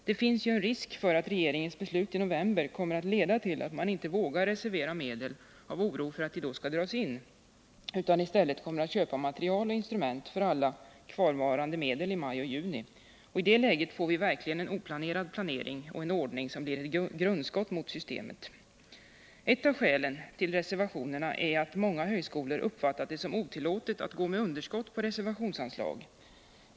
Det finns ju en risk att regeringens beslut i november detta år kommer att leda till att man inte vågar reservera medel, av oro för att de då skall dras in, utan att man i stället kommer att köpa material och instrument för alla kvarvarande medel i maj och juni. I det läget får vi verkligen en oplanerad planering och en ordning som blir ett grundskott mot systemet. Ett av skälen till reservationerna är att många högskolor uppfattat det som otillåtet att gå med underskott på reservationsanslag.